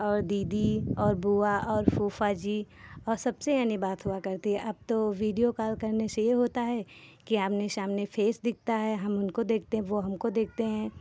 और दीदी और बुआ और फूफाजी और सबसे यानी बात हुआ करती है अब तो वीडियो कॉल करने से यह होता है कि आमने सामने फेस दिखता है हम उनको देखते हैं वह हमको देखते हैं